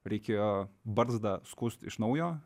reikėjo barzdą skust iš naujo